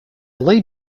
lay